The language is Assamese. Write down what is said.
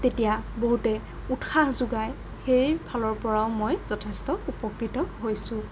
তেতিয়া বহুতে উৎসাহ যোগায় সেইফালৰ পৰাও মই যথেষ্ট উপকৃত হৈছোঁ